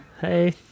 Hey